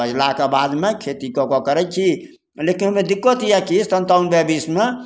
ताहि लैके बादमे खेती कऽ कऽ करै छी लेकिन ओहिमे दिक्कत यऽ कि सनतानवे बीसमे